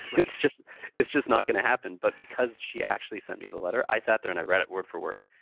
it's just it's just not gonna happen. but because she actually sent me the letter i sat there, and i read it word for word.